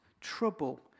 trouble